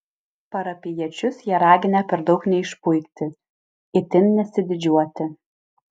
parapijiečius jie raginę per daug neišpuikti itin nesididžiuoti